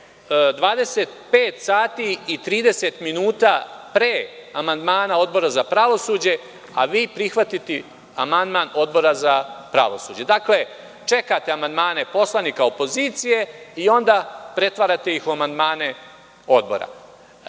25 sati i 30 minuta pre amandmana Odbora za pravosuđe, a vi prihvatite amandman Odbora za pravosuđe? Dakle, čekate amandmane poslanika opozicije i onda ih pretvarate u amandmane Odbora.